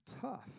tough